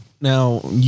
now